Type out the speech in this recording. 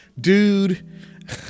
dude